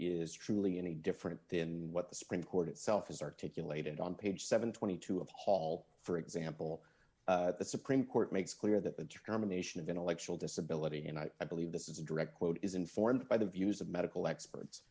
is truly any different than what the supreme court itself has articulated on page seven hundred and twenty two of hall for example the supreme court makes clear that the termination of intellectual disability and i believe this is a direct quote is informed by the views of medical experts